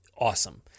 awesome